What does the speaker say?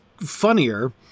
funnier